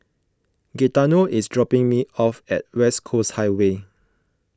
Gaetano is dropping me off at West Coast Highway